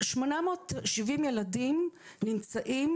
870 ילדים נמצאים